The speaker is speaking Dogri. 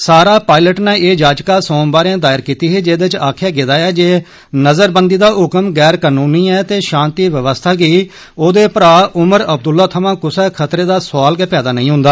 सारा पाइलट र्ने ए याचिका सोमवारे दायर कीती ही जेहदे च आक्खेआ गेदा ऐ जे नजुरबंदी दा हुक्म गैर कनूनी ऐ ते शांति व्यवस्था गी औहदे भ्राए उमर अब्दुल्ला थमा कुसै खतरे दा सुआल गै पैदा नेंई होन्दा